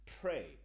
pray